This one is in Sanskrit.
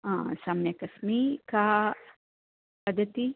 हा सम्यगस्मि का वदति